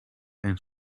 and